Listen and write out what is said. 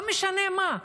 לא משנה מה.